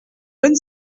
bonne